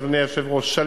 אדוני היושב-ראש,